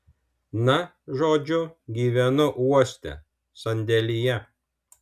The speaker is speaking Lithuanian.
na žodžiu gyvenu uoste sandėlyje